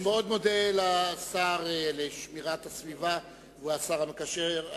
אני מאוד מודה לשר לשמירת הסביבה, הוא השר המקשר.